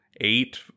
eight